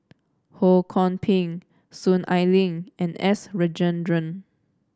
Ho Kwon Ping Soon Ai Ling and S Rajendran